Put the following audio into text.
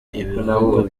ibihugu